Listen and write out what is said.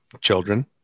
children